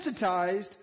desensitized